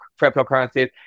cryptocurrencies